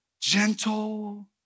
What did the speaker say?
gentle